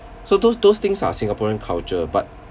so those those things are singaporean culture but